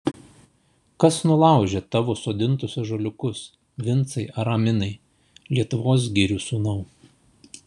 kas nulaužė tavo sodintus ąžuoliukus vincai araminai lietuvos girių sūnau